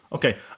Okay